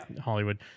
Hollywood